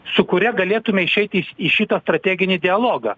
su kuria galėtume išeiti į šitą strateginį dialogą